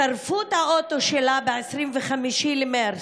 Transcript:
שרפו את האוטו שלה ב-25 במרץ,